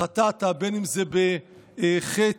חטאת, בין שזה בחטא